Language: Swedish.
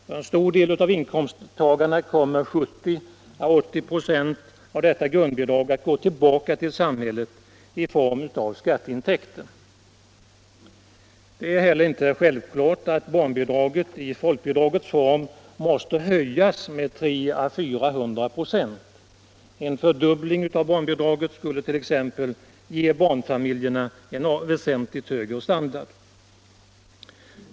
För en stor del av inkomsttagarna kommer 70 å 80 96 av detta grundbidrag att gå tillbaka till samhället i form av skatteintäkter. Det är heller inte självklart att barnbidraget i folkbidragets form måste höjas med 300 å 400 96. En fördubbling av barnbidraget skulle t.ex. ge barnfamiljerna en väsentligt högre standard.